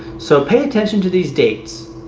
so pay attention to these dates.